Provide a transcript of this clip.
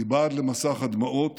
מבעד למסך הדמעות